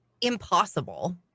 impossible